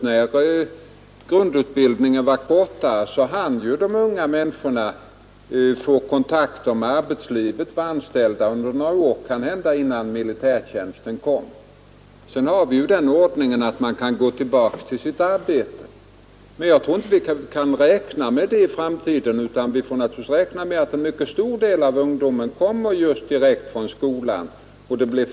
När grundutbildningen i skolorna var kortare hann de unga få kontakt med arbetslivet och ofta att motverka arbetslösheten bland ungdom vara anställda i olika arbete några år före militärtjänsten. Sedan gammalt gäller ju också den regeln att en ung man som fullgjort sin värnplikt är berättigad att återvända till sitt arbete. I framtiden kan vi nog räkna med samma situation som i dag. En stor del av ungdomarna kommer att gå direkt från skolan till militärtjänsten.